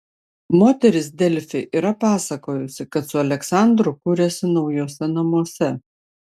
moteris delfi yra pasakojusi kad su aleksandru kuriasi naujuose namuose